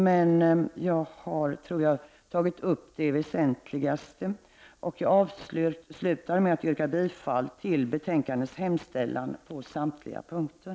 Men jag tror att jag har tagit upp det väsentligaste vad gäller reservationerna. Jag avslutar med att yrka bifall till utskottets hemställan i betänkandet på samtliga punkter.